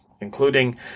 including